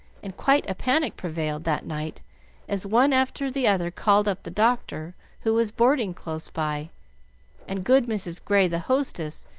and quite a panic prevailed that night as one after the other called up the doctor, who was boarding close by and good mrs. grey, the hostess,